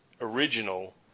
original